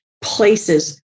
places